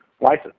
license